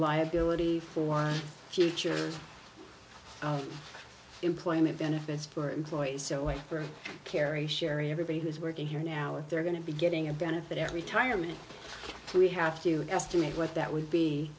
liability for future employment benefits for employees so a way for kerry sherry everybody who's working here now if they're going to be getting a benefit at retirement we have to estimate what that would be